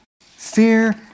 Fear